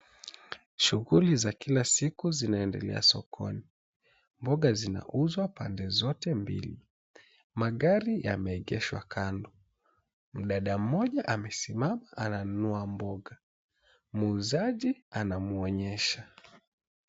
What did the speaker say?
Shughuli za Kila siku zinaendelea sokoni mboga zinauswa pande zote mbili, magari yameegeshwa kando. Dada mmoja amesimama ananunua mboga muuzaji anamuonyesha.